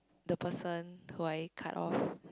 the person who I cut off